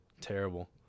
terrible